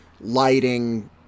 lighting